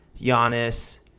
Giannis